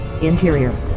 Interior